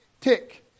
Tick